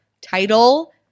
title